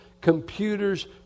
computers